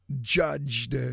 judged